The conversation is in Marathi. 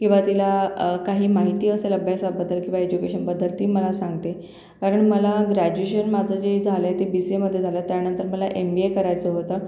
किंवा तिला काही माहिती असेल अभ्यासाबद्दल किंवा एज्युकेशनबद्दल ती मला सांगते कारण मला ग्रॅज्युशन माझं जे झालंय ते बीसीएमध्ये झालंय त्यानंतर मला एमबीए करायचं होतं